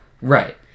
Right